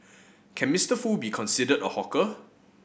can Mister Foo be considered a hawker